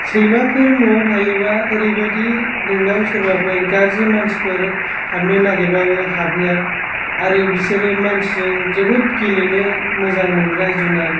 सैमाफोर न'आव थायोब्ला ओरैबायदि नोंनाव सोरबाफोर गाज्रि मानसिफोर हाबनो नागिरब्लाबो हाबहोआ आरो बिसोरो मानसिजों जोबोद गेलेनो मोजां मोनग्रा जुनार